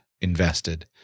invested